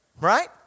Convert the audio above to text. right